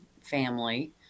family